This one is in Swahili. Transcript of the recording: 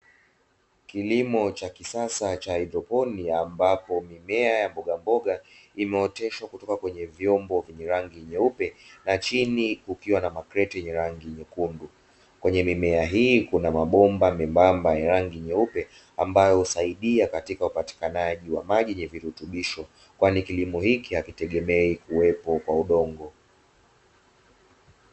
Kilimo cha kisasa cha haidroponi ambapo mimea ya mbogamboga imeoteshwa kutoka kwenye vyombo vyenye rangi nyeupe, na chini kukiwa na makreti yenye rangi nyekundu, kwenye mimea hii kuna mabomba membamba ya rangi nyeupe ambayo husaidia katika upatikanaji wa maji yenye virutubisho, kwani kilimo hakitegemei kuwepo kwa udongo.